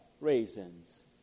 Raisins